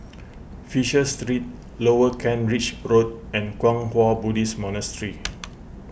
Fisher Street Lower Kent Ridge Road and Kwang Hua Buddhist Monastery